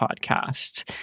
podcast